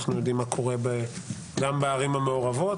אנחנו יודעים מה קורה גם בערים המעורבות,